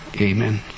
Amen